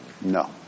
no